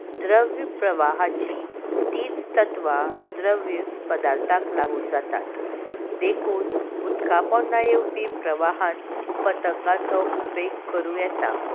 द्रव्य प्रवाहाची तीच तत्वां द्रव्य पदार्थांक लागून जातात देखून उदका पोंदा येवपी प्रवाहान पतंगाचो उपेग करूं येता